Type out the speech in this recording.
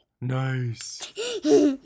Nice